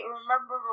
remember